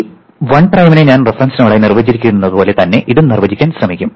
ഈ 1 പ്രൈമിനെ ഞാൻ റഫറൻസ് നോഡായി നിർവചിക്കുന്നതുപോലെ തന്നെ ഇതും നിർവ്വചിക്കാൻ ശ്രമിക്കും